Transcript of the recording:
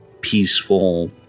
peaceful